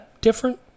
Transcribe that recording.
Different